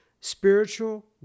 Spiritual